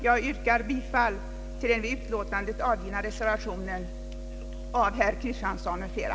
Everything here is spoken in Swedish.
Jag yrkar bifall till den vid utlåtandet fogade reservationen av herr Kristiansson m.fl.